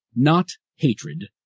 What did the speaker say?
not hatred,